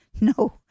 no